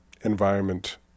environment